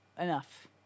enough